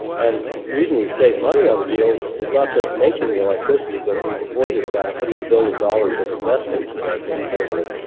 and reason we've saved money on the deal is not just making the electricity, but we've avoided about one hundred billion dollars of investment to make and deliver it,